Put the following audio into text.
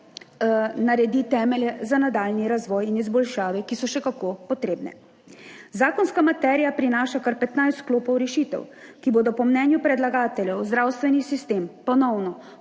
naredi temelje za nadaljnji razvoj in izboljšave, ki so še kako potrebne. Zakonska materija prinaša kar petnajst sklopov rešitev, ki bodo po mnenju predlagateljev, zdravstveni sistem ponovno